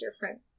different